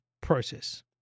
process